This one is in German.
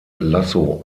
lasso